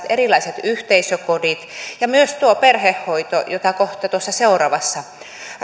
erilaiset yhteisökodit ja myös perhehoito jota kohta seuraavassa